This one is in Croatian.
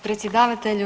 predsjedavatelju.